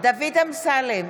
דוד אמסלם,